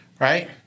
right